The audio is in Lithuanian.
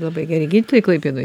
labai geri gydytojai klaipėdoj